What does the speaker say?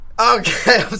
Okay